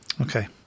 Okay